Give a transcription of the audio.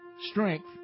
strength